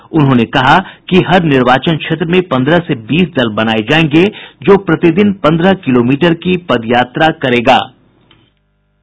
श्री जोशी ने कहा कि हर निर्वाचन क्षेत्र में पन्द्रह से बीस दल बनाये जायेंगे जो प्रतिदिन पन्द्रह किलोमीटर की पदयात्रा करेंगे